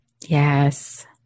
Yes